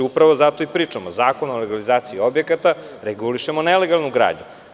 Upravo zato i pričamo, Zakonom o legalizaciji objekta regulišemo nelegalnu gradnju.